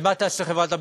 ומה תעשה חברת הביטוח?